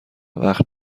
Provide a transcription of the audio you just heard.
وقت